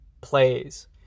plays